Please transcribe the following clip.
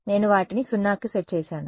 నేను వాటిని 0కి సెట్ చేసాను